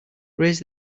raise